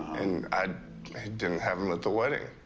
and i didn't have him at the wedding.